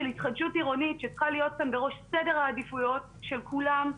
של התחדשות עירונית שצריכה להיות כאן בראש סדר העדיפויות של כולם,